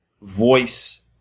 voice